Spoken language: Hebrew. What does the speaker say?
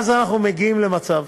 ואז אנחנו מגיעים למצב